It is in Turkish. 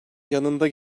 yanında